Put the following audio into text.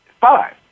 Five